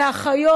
לאחיות,